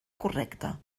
correcte